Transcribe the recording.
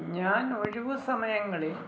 ഞാൻ ഒഴിവ് സമയങ്ങളിൽ